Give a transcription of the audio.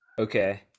Okay